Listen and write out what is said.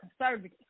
conservative